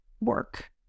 work